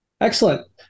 Excellent